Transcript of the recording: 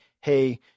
hey